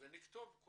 את כל